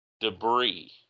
debris